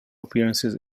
appearances